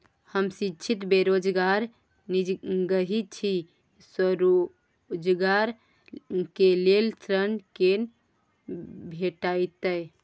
हम शिक्षित बेरोजगार निजगही छी, स्वरोजगार के लेल ऋण केना भेटतै?